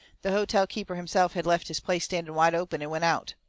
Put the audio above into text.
the hotel-keeper himself had left his place standing wide open and went out.